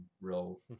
real